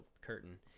curtain